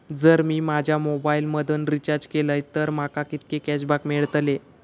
जर मी माझ्या मोबाईल मधन रिचार्ज केलय तर माका कितके कॅशबॅक मेळतले?